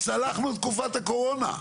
צלחנו את תקופת הקורונה,